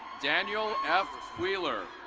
daniel f. wheeler.